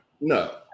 No